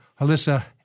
Alyssa